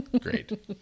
Great